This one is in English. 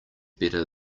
better